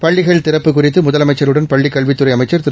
பள்ளிகள் திறப்பு குறித்து முதலமைச்சருடன் பள்ளிக்கல்வித்துறை அமைச்சா் திரு